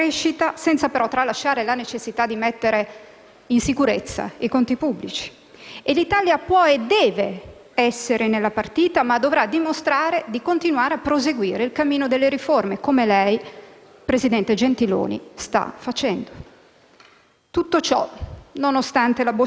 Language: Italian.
come l'approvazione della legge sulla concorrenza e della legge di stabilità, con forti provvedimenti a favore delle imprese e dell'occupazione giovanile, a cominciare dal taglio del cuneo fiscale, che anche lei ha annunciato. Resta, però, presidente Gentiloni Silveri, la rilevante questione dell'immigrazione